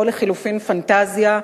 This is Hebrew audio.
או לחלופין פנטזיה,